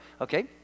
okay